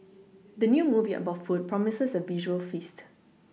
the new movie about food promises a visual feast